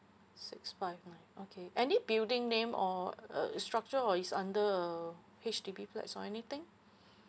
six five okay any building name or uh structure or is under a H_D_B flats or anything